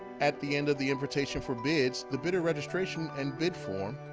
at the end of the invitation for bids, the bidder registration and bid form,